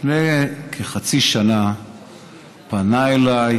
לפני כחצי שנה פנה אליי